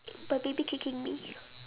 my baby kicking me